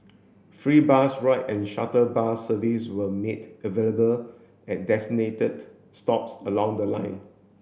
free bus ride and shuttle bus service were made available at designated stops along the line